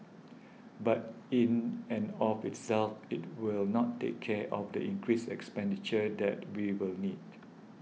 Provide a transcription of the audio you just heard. but in and of itself it will not take care of the increased expenditure that we will need